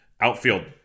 Outfield